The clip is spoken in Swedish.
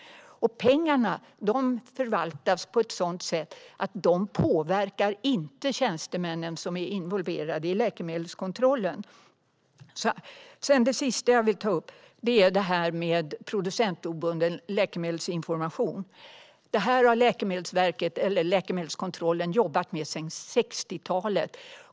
Pengarna förvaltas på ett sådant sätt att de inte påverkar tjänstemännen som är involverade i läkemedelskontrollen. Det sista jag vill ta upp är producentobunden läkemedelsinformation. Det här har Läkemedelsverket, läkemedelskontrollen, jobbat med sedan 60-talet.